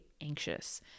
anxious